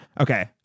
Okay